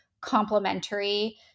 complementary